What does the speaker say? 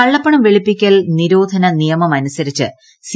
കള്ളപ്പണം വെളുപ്പിക്കൽ നിരോധന നിയമം അനുസരിച്ച് സി